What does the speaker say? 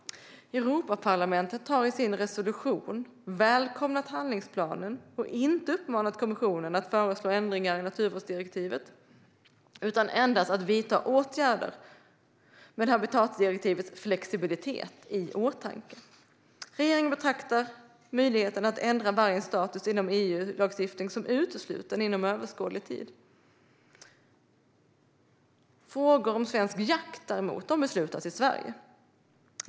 Europaparlamentet har i sin resolution välkomnat handlingsplanen och inte uppmanat kommissionen att föreslå ändringar i naturvårdsdirektiven utan endast att vidta åtgärder med habitatdirektivets flexibilitet i åtanke. Regeringen betraktar möjligheten att ändra vargens status inom EU-lagstiftningen som utesluten inom överskådlig tid. Frågor om svensk jakt beslutas däremot i Sverige.